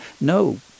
No